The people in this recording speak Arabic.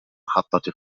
محطة